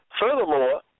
Furthermore